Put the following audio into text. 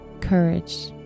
courage